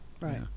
right